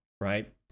right